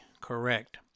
correct